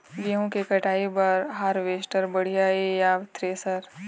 गेहूं के कटाई बर हारवेस्टर बढ़िया ये या थ्रेसर?